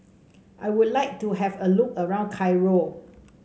I would like to have a look around Cairo